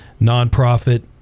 nonprofit